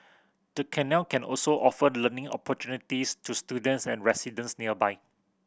the canal can also offered learning opportunities to students and residents nearby